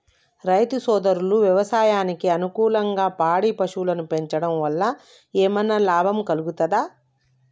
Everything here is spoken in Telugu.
రైతు సోదరులు వ్యవసాయానికి అనుకూలంగా పాడి పశువులను పెంచడం వల్ల ఏమన్నా లాభం కలుగుతదా?